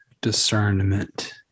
discernment